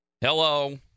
Hello